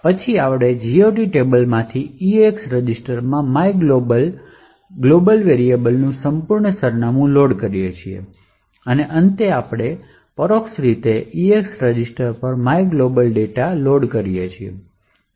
પછી આપણે GOT ટેબલમાંથી EAX રજીસ્ટરમાં myglob ગ્લોબલ વેરીએબલનું સંપૂર્ણ સરનામું લોડ કરીએ છીએ અને અંતે આપણે પરોક્ષ રીતે EAX રજીસ્ટર પર myglob ગ્લોબલ ડેટા લોડ કરી શકીએ છીએ